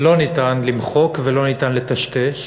לא ניתן למחוק ולא ניתן לטשטש.